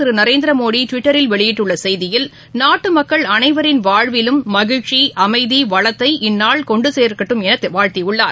திருநரேந்திரமோடிட்விட்டரில் வெளியிட்டுள்ளசெய்தியில் இதனையாட்டிபிரதமர் நாட்டுமக்கள் அனைவரின் வாழ்விலும் மகிழ்ச்சி அமைதி வளத்தை இந்நன்னாள் கொண்டுசேர்க்கட்டும் எனவாழ்த்தியுள்ளார்